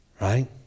Right